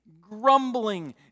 grumbling